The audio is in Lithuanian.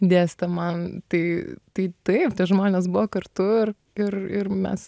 dėstė man tai tai taip tie žmonės buvo kartu ir ir ir mes